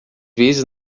vezes